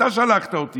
אתה שלחת אותי,